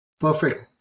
Perfect